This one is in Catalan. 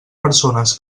persones